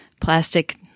Plastic